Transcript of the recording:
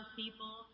people